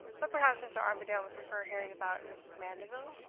but perhaps mr. armadale would prefer hearing about mrs. mandeville?